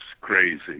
crazy